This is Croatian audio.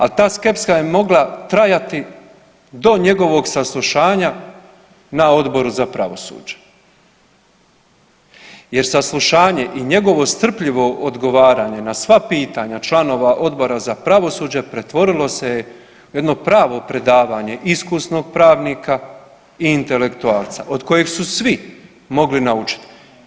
A ta skepsa je mogla trajati do njegovog saslušanja na Odboru za pravosuđe, jer saslušanje i njegovo strpljivo odgovaranje na sva pitanja članova Odbora za pravosuđe pretvorilo se je u jedno pravo predavanje iskusnog pravnika i intelektualca od kojeg su svi mogli naučiti.